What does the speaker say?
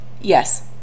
yes